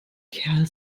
kerl